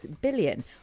billion